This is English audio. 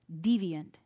deviant